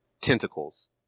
tentacles